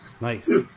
Nice